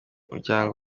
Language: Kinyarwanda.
muryango